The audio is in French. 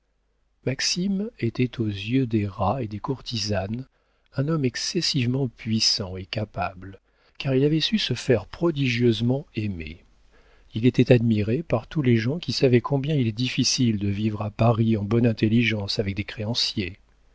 maxime était aux yeux des rats et des courtisanes un homme excessivement puissant et capable car il avait su se faire prodigieusement aimer il était admiré par tous les gens qui savaient combien il est difficile de vivre à paris en bonne intelligence avec des créanciers